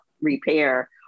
repair